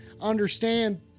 understand